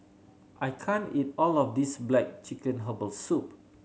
I can't eat all of this black chicken herbal soup